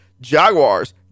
Jaguars